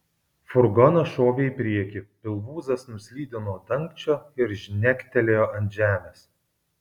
furgonas šovė į priekį pilvūzas nuslydo nuo dangčio ir žnegtelėjo ant žemės